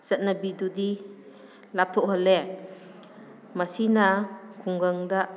ꯆꯠꯅꯕꯤꯗꯨꯗꯤ ꯂꯥꯞꯊꯣꯛꯍꯜꯂꯦ ꯃꯁꯤꯅ ꯈꯨꯡꯒꯪꯗ